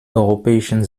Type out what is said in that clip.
europäischen